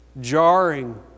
jarring